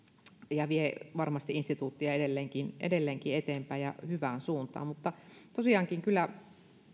ja vie varmasti instituuttia edelleenkin edelleenkin eteenpäin ja hyvään suuntaan tosiaankin kyllä